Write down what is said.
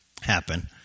happen